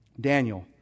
Daniel